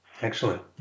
Excellent